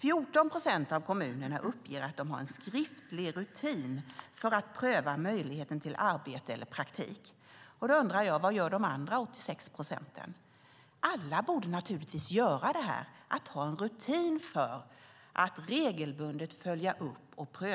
14 procent av kommunerna uppger att de har en skriftlig rutin för att pröva möjligheten till arbete eller praktik. Vad gör de andra 86 procenten? Alla borde göra detta och ha som rutin att regelbundet följa upp om det